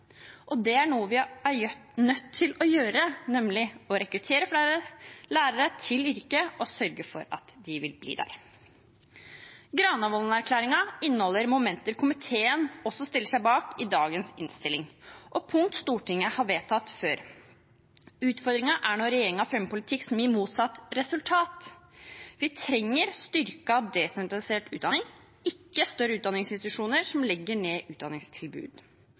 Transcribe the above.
Og det er noe vi er nødt til å gjøre, nemlig å rekruttere flere lærere til yrket og sørge for at de vil bli der. Granavolden-plattformen inneholder momenter komiteen også i dagens innstilling stiller seg bak, og punkter Stortinget har vedtatt før. Utfordringen er når regjeringen fremmer politikk som gir motsatt resultat. Vi trenger styrket desentralisert utdanning, ikke større utdanningsinstitusjoner som legger ned utdanningstilbud.